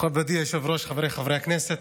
מכובדי היושב-ראש, חבריי חברי הכנסת,